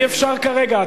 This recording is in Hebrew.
אי-אפשר כרגע.